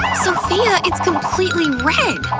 sophia, it's completely red!